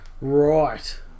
right